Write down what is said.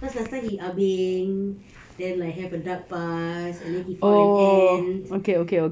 cause last time he ah beng then like have a dark past and then he found an ant